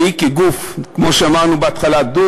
והיא כגוף דו-ראשי,